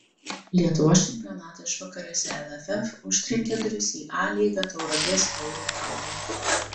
lietuvos čempionato išvakarėse lff užtrenkė duris į a lygą tauragės tauro klubui